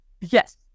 Yes